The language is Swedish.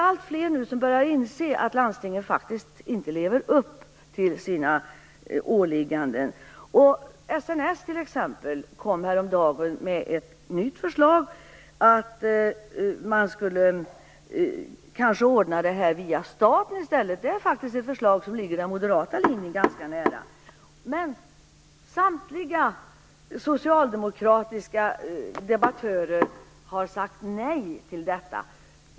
Alltfler börjar nu inse att landstingen inte lever upp till sina åligganden. SNS kom häromdagen med ett nytt förslag om att detta kanske skall ordnas via staten i stället. Det förslaget ligger ganska nära den moderata linjen. Men samtliga socialdemokratiska debattörer har sagt nej till förslaget.